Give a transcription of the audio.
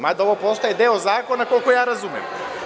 Mada, ovo postaje deo zakona, koliko ja razumem.